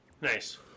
Nice